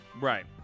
Right